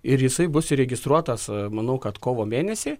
ir jisai bus įregistruotas manau kad kovo mėnesį